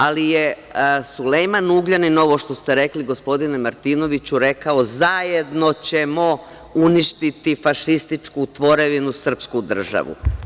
Ali je Sulejman Ugljanin, ovo što ste rekli, gospodine Martinoviću, rekao – zajedno ćemo uništiti fašističku tvorevinu srpsku državu.